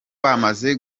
bamaze